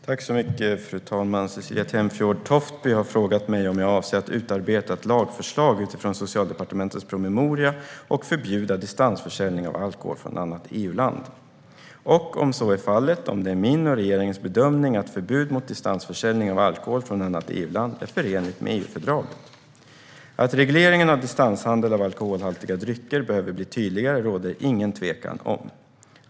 Fru talman! Cecilie Tenfjord-Toftby har frågat mig om jag avser att utarbeta ett lagförslag utifrån Socialdepartementets promemoria och förbjuda distansförsäljning av alkohol från annat EU-land och, om så är fallet, om det är min och regeringens bedömning att förbud mot distansförsäljning av alkohol från annat EU-land är förenligt med EU-fördraget. Att regleringen av distanshandel med alkoholhaltiga drycker behöver bli tydligare råder det ingen tvekan om.